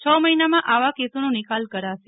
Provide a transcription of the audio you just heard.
છ મહિનામાં આવા કેસોનો નિકાલ કરાશે